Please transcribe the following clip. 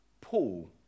Paul